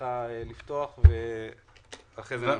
יפתח בדברים ואחר כך נמשיך.